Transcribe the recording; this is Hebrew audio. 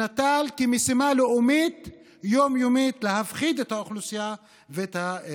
שנטל כמשימה לאומית יום-יומית להפחיד את האוכלוסייה ואת האזרחים.